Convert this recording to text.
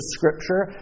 Scripture